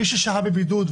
מי ששהה בבידוד,